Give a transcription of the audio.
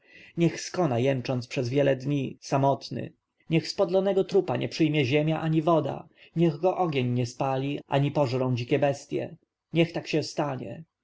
niech skona jęcząc przez wiele dni samotny i niech spodlonego trupa nie przyjmie ziemia ani woda niech go ogień nie spali ani pożrą dzikie bestje tak niech się stanie